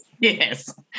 Yes